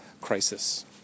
crisis